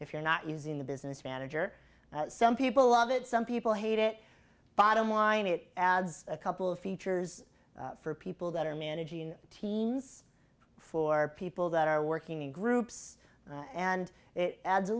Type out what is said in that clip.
if you're not using the business manager some people love it some people hate it bottom line it adds a couple of features for people that are managing teens for people that are working in groups and it adds a